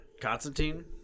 Constantine